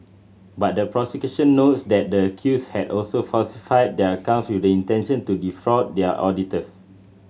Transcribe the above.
but the prosecution notes that the accused had also falsified their accounts with the intention to defraud their auditors